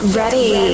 ready